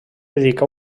dedicà